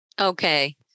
Okay